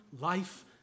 life